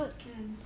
eh